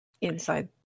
inside